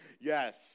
Yes